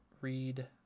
read